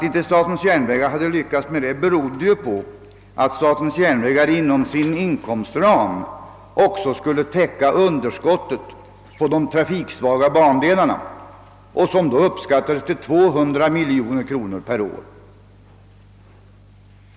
Detta berodde på att statens järnvägar inom sin inkomstram också skulle täcka underskottet på de trafiksvaga bandelarna, vilket då uppskattades till 200 miljoner kronor per år.